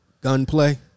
gunplay